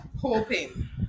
Hoping